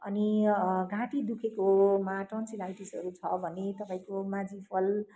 अनि घाँटी दुखेकोमा टन्सिलाइटिसहरू छ भने तपाईँको माझी फल